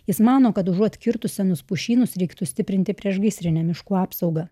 jis mano kad užuot kirtus senus pušynus reiktų stiprinti priešgaisrinę miškų apsaugą